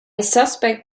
suspect